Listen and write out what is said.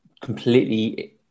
completely